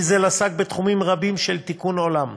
ויזל עסק בתחומים רבים של תיקון עולם,